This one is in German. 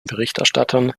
berichterstattern